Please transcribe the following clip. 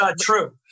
true